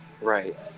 Right